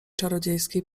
czarodziejskiej